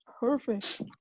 Perfect